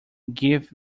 give